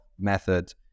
method